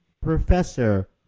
Professor